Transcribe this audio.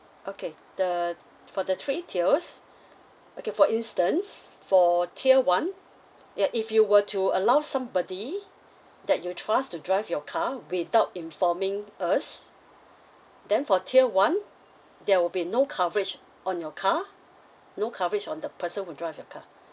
okay the for the three tiers okay for instance for tier one ya if you were to allow somebody that you trust to drive your car without informing us then for tier one there will be no coverage on your car no coverage on the person who drive your car